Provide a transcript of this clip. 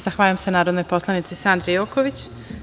Zahvaljujem se narodnoj poslanici Sandri Joković.